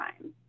time